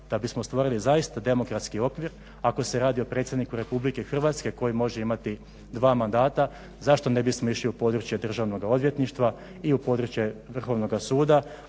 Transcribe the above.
da bismo stvorili zaista demokratski okvir ako se radi o predsjedniku RH koji može imati dva mandata zašto ne bismo išli u područje Državnoga odvjetništva i u područje Vrhovnoga suda